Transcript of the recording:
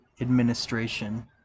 Administration